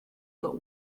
but